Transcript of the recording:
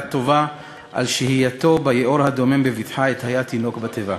טובה על שהייתו ביאור הדומם בבטחה עת היה תינוק בתיבה.